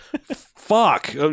Fuck